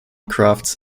crafts